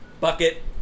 Bucket